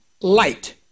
light